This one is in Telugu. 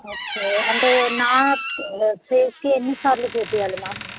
ఓకే అంటే నాకు ఫేస్కు ఎన్నిసార్లు చేయించాలి మ్యామ్